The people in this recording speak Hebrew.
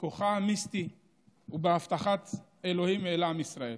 בכוחה המיסטי ובהבטחת אלוהים לעם ישראל.